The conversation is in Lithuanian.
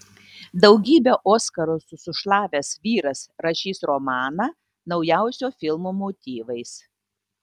daugybę oskarų susišlavęs vyras rašys romaną naujausio filmo motyvais